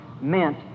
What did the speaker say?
meant